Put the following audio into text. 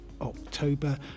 October